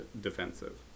defensive